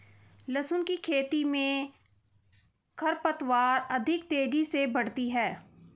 लहसुन की खेती मे खरपतवार अधिक तेजी से बढ़ती है